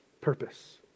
purpose